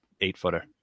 eight-footer